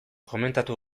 komentatu